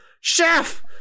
chef